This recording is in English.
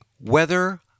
weather